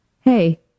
Hey